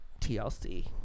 TLC